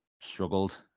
struggled